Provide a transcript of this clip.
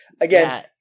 again